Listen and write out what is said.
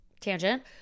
tangent